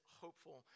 hopeful